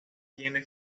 tiene